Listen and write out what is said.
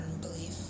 belief